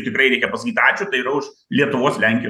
tikrai reikia pasakyt ačiū tai yra už lietuvos lenkijos